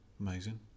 amazing